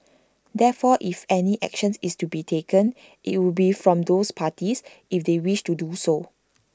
therefore if any action is to be taken IT would be from those parties if they wish to do so